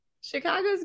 Chicago's